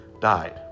died